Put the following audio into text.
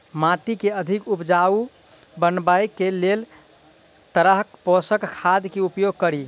माटि केँ अधिक उपजाउ बनाबय केँ लेल केँ तरहक पोसक खाद केँ उपयोग करि?